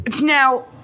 Now